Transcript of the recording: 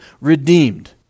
redeemed